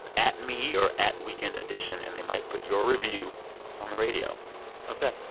at me or at weekend edition, and they might put your review on the radio ok.